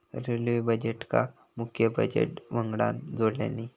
railway बजेटका मुख्य budget वंगडान जोडल्यानी